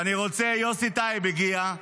ואני רוצה, יוסי טייב הגיע.